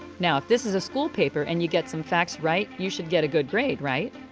now if this is a school paper and you get some facts right you should get a good grade, right?